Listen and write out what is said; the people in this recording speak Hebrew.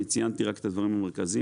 אני ציינתי רק את הדברים המרכזיים.